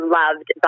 loved